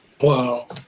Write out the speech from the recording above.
Wow